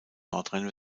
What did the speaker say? nordrhein